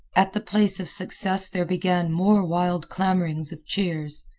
at the place of success there began more wild clamorings of cheers.